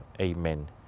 Amen